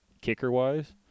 kicker-wise